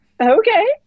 okay